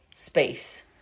space